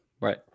Right